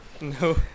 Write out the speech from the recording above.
No